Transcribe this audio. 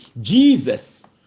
Jesus